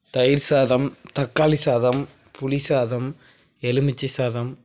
தயிர் சாதம் தக்காளி சாதம் புளி சாதம் எலுமிச்சை சாதம்